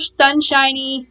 sunshiny